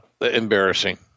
embarrassing